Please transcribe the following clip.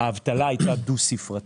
האבטלה הייתה דו-ספרתית.